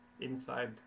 inside